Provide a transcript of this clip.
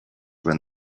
when